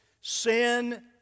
Sin